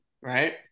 Right